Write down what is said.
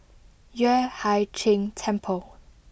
Yueh Hai Ching Temple